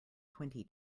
twenty